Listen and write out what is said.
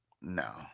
No